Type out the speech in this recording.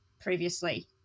previously